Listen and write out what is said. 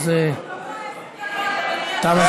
הזמן תם.